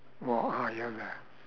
what are you there